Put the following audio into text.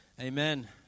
Amen